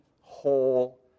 whole